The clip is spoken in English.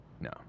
No